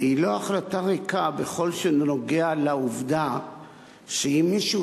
היא לא החלטה ריקה ככל שזה נוגע לעובדה שאם מישהו